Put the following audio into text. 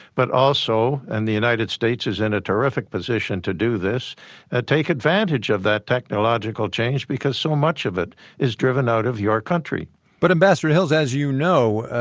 but also, and the united states is in a terrific position to do this, to take advantage of that technological change because so much of it is driven out of your country but ambassador hills, as you know,